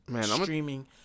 streaming